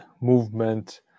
movement